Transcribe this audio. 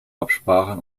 absprachen